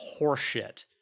horseshit